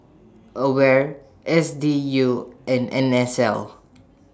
AWARE S D U and N S L